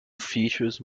features